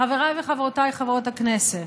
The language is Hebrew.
חבריי וחברותיי חברות הכנסת,